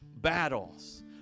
battles